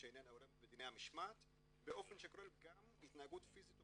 שאינה הולמת בדיני המשמעת באופן שכולל גם התנהגות פיזית או